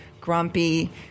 grumpy